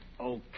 Okay